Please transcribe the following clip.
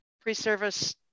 pre-service